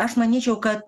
aš manyčiau kad